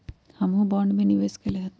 हमहुँ बॉन्ड में निवेश कयले हती